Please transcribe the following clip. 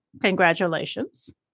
congratulations